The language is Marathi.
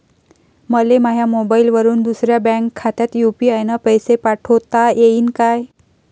मले माह्या मोबाईलवरून दुसऱ्या बँक खात्यात यू.पी.आय न पैसे पाठोता येईन काय?